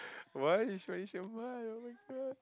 why is very sian [oh]-my-god